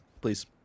please